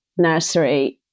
nursery